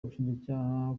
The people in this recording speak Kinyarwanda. ubushinjacyaha